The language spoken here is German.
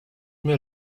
mir